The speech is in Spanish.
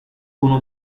uno